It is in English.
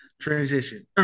transition